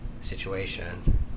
situation